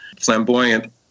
flamboyant